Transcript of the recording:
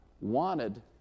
wanted